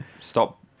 Stop